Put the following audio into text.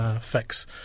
fix